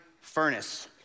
furnace